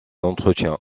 entretien